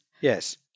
Yes